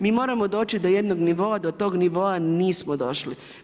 Mi moramo doći do jednog nivoa, do tog nivoa nismo došli.